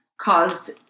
caused